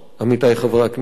עמיתי חברי הכנסת,